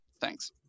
Thanks